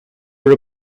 were